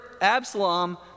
Absalom—